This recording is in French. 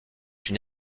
une